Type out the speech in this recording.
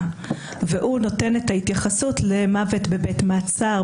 והוא נותן את ההתייחסות למוות בבית מעצר,